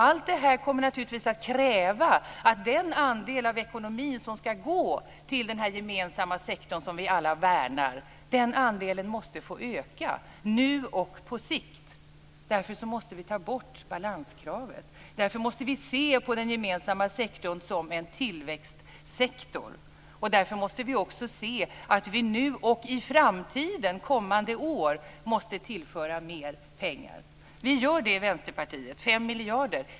Allt det här kommer naturligtvis att kräva att den andel av ekonomin som skall gå till den gemensamma sektorn som vi alla värnar måste få öka - nu och på sikt. Därför måste vi ta bort balanskravet. Därför måste vi se på den gemensamma sektorn som en tillväxtsektor. Därför måste vi också se att vi nu och i framtiden, under kommande år måste tillföra mer pengar. Vi gör det i Vänsterpartiet - 5 miljarder.